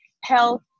health